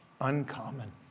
uncommon